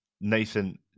Nathan